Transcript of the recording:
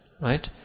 right